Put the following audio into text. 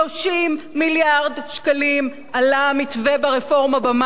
30 מיליארד שקלים עלה המתווה ברפורמה במס.